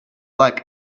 like